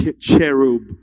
cherub